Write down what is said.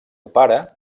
pare